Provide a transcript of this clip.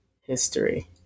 history